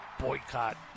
Boycott